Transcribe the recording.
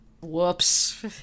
Whoops